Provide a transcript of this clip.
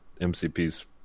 MCPs